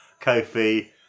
Kofi